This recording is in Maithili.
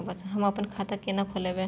हम अपन खाता केना खोलैब?